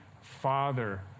Father